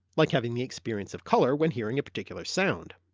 like having the experience of colour when hearing a particular sound.